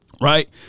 right